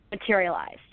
materialized